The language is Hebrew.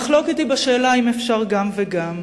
המחלוקת היא בשאלה אם אפשר גם וגם,